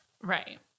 Right